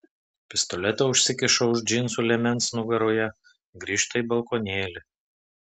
pistoletą užsikiša už džinsų liemens nugaroje grįžta į balkonėlį